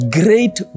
great